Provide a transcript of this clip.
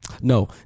No